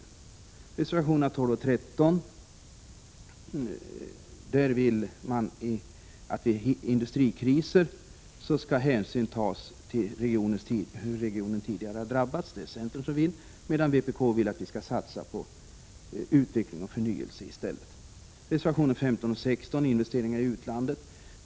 I reservationerna 12 och 13 vill centern att hänsyn vid industrikriser skall tas till hur regionen tidigare har drabbats, medan vpk vill att vi skall satsa på utveckling och förnyelse i stället. Reservationerna 15 och 16 handlar om investeringar i utlandet.